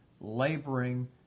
laboring